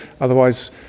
otherwise